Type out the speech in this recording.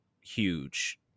huge